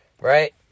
right